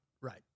right